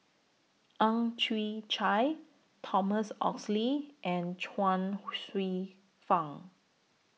Ang Chwee Chai Thomas Oxley and Chuang Hsueh Fang